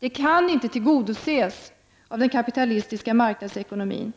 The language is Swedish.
inte kan tillgodoses av den kapitalistiska marknadsekonomin.